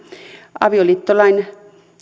avioliittolain